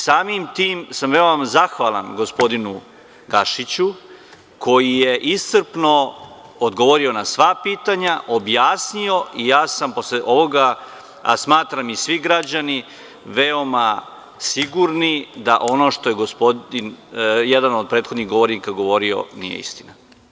Samim tim sam veoma zahvalan gospodinu Gašiću koji je iscrpno odgovorio na sva pitanja, objasnio i ja sam posle ovoga, a smatram i svi građani, veoma sigurni da ono što je jedan od prethodnih govornika govorio nije istina.